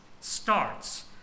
starts